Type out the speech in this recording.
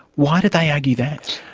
why did they argue that?